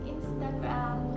Instagram